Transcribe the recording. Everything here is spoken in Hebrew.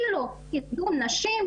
כאילו קידום נשים,